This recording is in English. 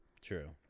True